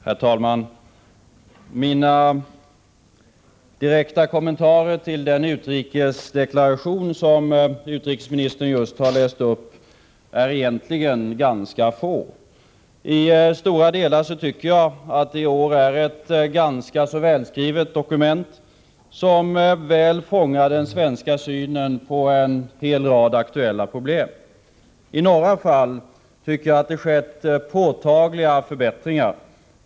Herr talman! Mina direkta kommentarer till den utrikesdeklaration som utrikesministern just har läst upp är egentligen ganska få. I stora delar tycker jag att det i år är ett ganska välskrivet dokument, som väl fångar den svenska synen på en hel rad aktuella problem. I några fall tycker jag att det skett påtagliga förbättringar.